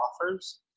offers